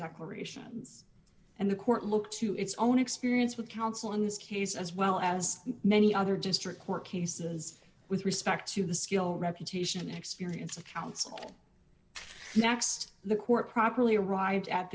corporations and the court looked to its own experience with counsel in this case as well as many other district court cases with respect to the skill reputation experience of counsel next the court properly arrived at